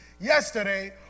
yesterday